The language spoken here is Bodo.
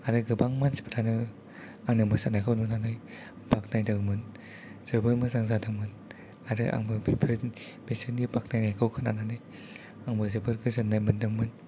आरो गोबां मानसिफोरानो आंनि मोसानायखौ नुनानै बाख्नायदोंमोन जोबोर मोजां जादोंमोन आरो आंबो बेफोर बेसोरनि बाख्नायनायखौ खोनानानै आंबो जोबोर गोजोननाय मोनदोंमोन